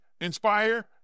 inspire